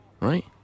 right